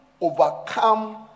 overcome